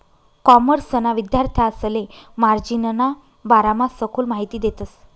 कॉमर्सना विद्यार्थांसले मार्जिनना बारामा सखोल माहिती देतस